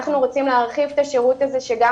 אנחנו רוצים להרחיב את השירות הזה שגם